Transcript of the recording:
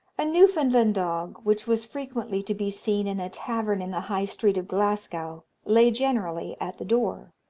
a newfoundland dog, which was frequently to be seen in a tavern in the high street of glasgow, lay generally at the door.